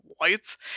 lights